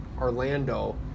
Orlando